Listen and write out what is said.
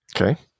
Okay